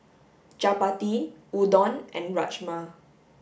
chapati udon and Rajma